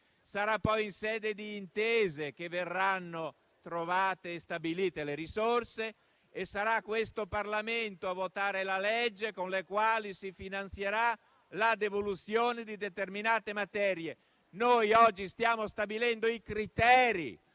Sarà in sede di intese che verranno trovate e stabilite le risorse e sarà questo Parlamento a votare la legge con la quale si finanzierà la devoluzione di determinate materie. Noi oggi stiamo stabilendo i criteri